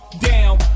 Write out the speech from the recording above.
down